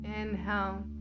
Inhale